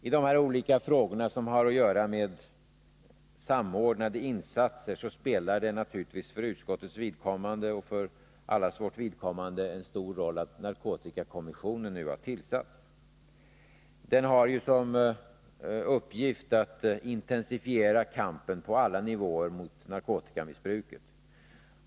I de här olika frågorna som har att göra med samordnade insatser spelar det naturligtvis för utskottets vidkommande och för allas vårt vidkommande en stor roll att narkotikakommissionen nu har tillsatts. Den har ju som uppgift att på alla nivåer intensifiera kampen mot narkotikamissbruket.